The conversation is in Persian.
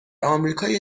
آمریکای